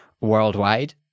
worldwide